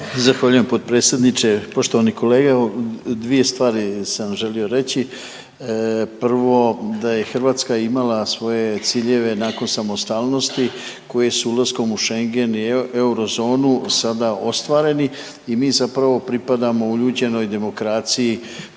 Zahvaljujem potpredsjedniče. Poštovani kolega, evo dvije stvari sam želio reći. Prvo da je Hrvatska imala svoje ciljeve nakon samostalnosti koje su ulaskom u Schengen i eurozonu sada ostvareni i mi zapravo pripadamo uljuđenoj demokraciji